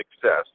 success